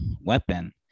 weapon